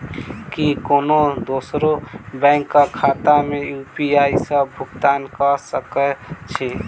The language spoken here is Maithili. की कोनो दोसरो बैंक कऽ खाता मे यु.पी.आई सऽ भुगतान कऽ सकय छी?